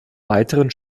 weiteren